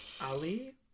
Ali